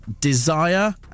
Desire